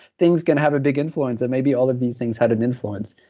things can have a big influence, and maybe all of these things had an influence,